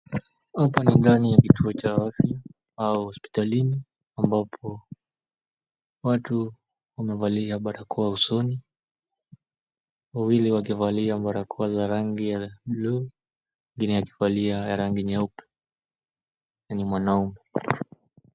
Hapa ni ndani ya kituo cha afya au hospitalini ambapo watu wamevalia barakoa usoni, wawii wakivalia barakoa za rangi ya buluu mwingine akivalia ya rangi nyeupe na ni mwanaume.